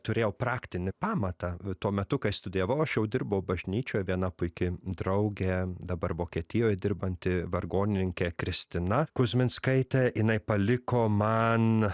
turėjau praktinį pamatą tuo metu kai studijavau aš jau dirbau bažnyčioj viena puiki draugė dabar vokietijoj dirbanti vargonininkė kristina kuzminskaitė jinai paliko man